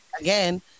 again